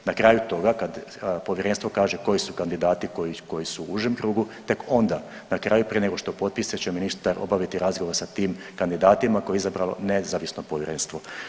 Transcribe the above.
Na kraju toga kad povjerenstvo kaže koji su kandidati koji su u užem krugu, tek onda na kraju prije nego što potpiše će ministar obaviti razgovor sa tim kandidatima koje zapravo nezavisno povjerenstvo.